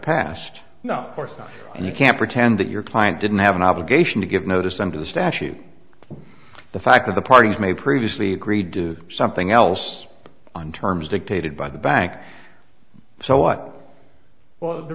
passed no course not and you can pretend that your client didn't have an obligation to give notice time to the statute the fact that the parties may previously agreed to do something else on terms dictated by the bank so what well the